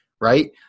right